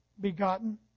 begotten